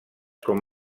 com